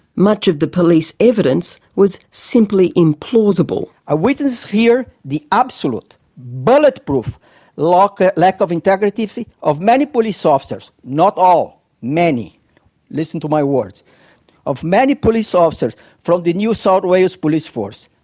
much of the police evidence was simply implausible. i witnessed here the absolute bulletproof lack ah lack of integrity of many police officers. not all, many listen to my words of many police officers from the new south wales police force.